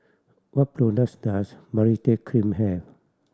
what products does Baritex Cream have